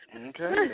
Okay